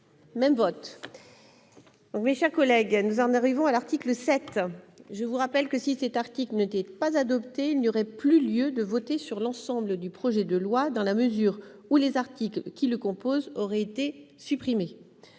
l'article 6. Je vais mettre aux voix l'article 7. Je rappelle que, si cet article n'était pas adopté, il n'y aurait plus lieu de voter sur l'ensemble du projet de loi, dans la mesure où tous les articles qui le composent auraient été supprimés.